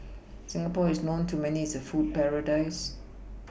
Singapore is known to many as a food paradise